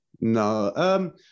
No